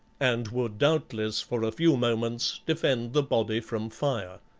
and would doubtless, for a few moments, defend the body from fire.